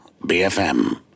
BFM